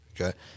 okay